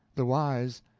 the wise,